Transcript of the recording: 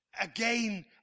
again